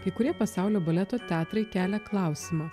kai kurie pasaulio baleto teatrai kelia klausimą